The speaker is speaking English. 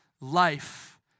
life